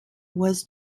was